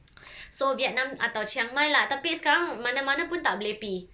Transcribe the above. so vietnam atau chiang mai lah tapi sekarang mana mana pun tak boleh pi